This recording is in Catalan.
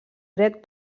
dret